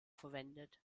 verwendet